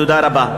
תודה רבה.